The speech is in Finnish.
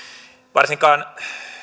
varsinkaan